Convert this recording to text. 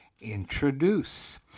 introduce